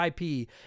ip